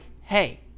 hey